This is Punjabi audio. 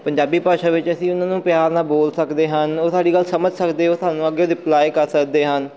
ਪੰਜਾਬੀ ਭਾਸ਼ਾ ਵਿੱਚ ਅਸੀਂ ਉਹਨਾਂ ਨੂੰ ਪਿਆਰ ਨਾਲ ਬੋਲ ਸਕਦੇ ਹਨ ਉਹ ਸਾਡੀ ਗੱਲ ਸਮਝ ਸਕਦੇ ਉਹ ਸਾਨੂੰ ਅੱਗੇ ਰਿਪਲਾਈ ਕਰ ਸਕਦੇ ਹਨ